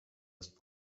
ist